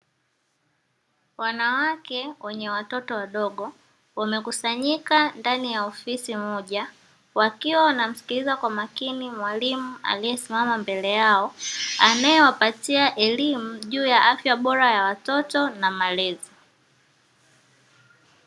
Wanawake wenye watoto wadogo, wamekusanyika ndani ya ofisi moja wakiwa wanamsikiliza kwa makini mwalimu aliyesimama mbele yao anayewapatia elimu juu ya afya bora ya watoto na malezi.